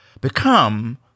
become